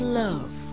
love